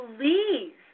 please